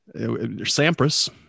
Sampras